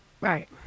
Right